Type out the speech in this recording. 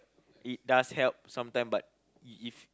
it does help sometime but you if